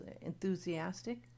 enthusiastic